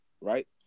right